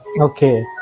Okay